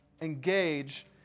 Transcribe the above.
engage